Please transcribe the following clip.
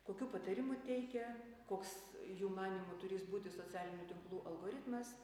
kokių patarimų teikia koks jų manymu turįs būti socialinių tinklų algoritmas